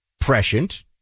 prescient